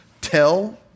Tell